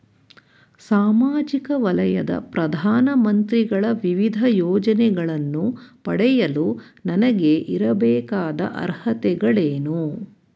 ಸಾಮಾಜಿಕ ವಲಯದ ಪ್ರಧಾನ ಮಂತ್ರಿಗಳ ವಿವಿಧ ಯೋಜನೆಗಳನ್ನು ಪಡೆಯಲು ನನಗೆ ಇರಬೇಕಾದ ಅರ್ಹತೆಗಳೇನು?